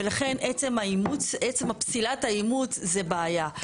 ולכן עצם האימוץ, עם פסילת האימוץ זה בעיה.